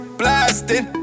blasting